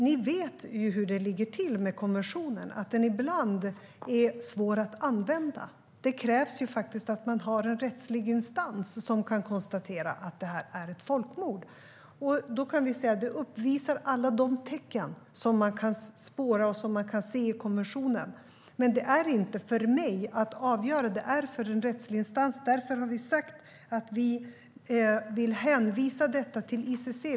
Ni vet hur det ligger till med konventionen - ibland är den svår att använda. Det krävs att man har en rättslig instans som kan konstatera att det är ett folkmord. Alla tecken som man kan spåra och se i konventionen uppvisas, men det är inte upp till mig utan till en rättslig instans att avgöra. Vi har därför sagt att vi vill hänvisa detta till ICC.